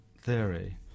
theory